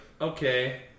okay